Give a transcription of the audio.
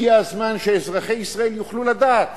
הגיע הזמן שאזרחי ישראל יוכלו לדעת